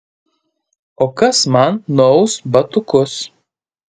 o kas man nuaus batukus